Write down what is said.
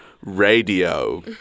radio